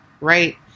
right